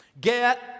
Get